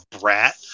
brat